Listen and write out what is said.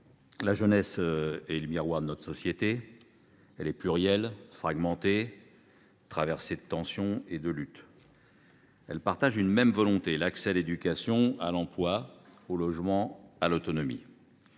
la jeunesse est le miroir de notre société. Elle est plurielle, fragmentée, traversée de tensions et de luttes. Elle partage une même volonté : l’accès à l’éducation, à l’emploi, au logement, à l’autonomie.